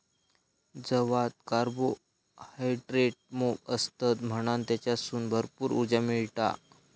जवात कार्बोहायड्रेट मोप असतत म्हणान तेच्यासून भरपूर उर्जा मिळता